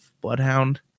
bloodhound